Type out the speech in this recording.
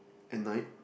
at night